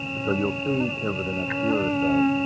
so you'll see over the next year or so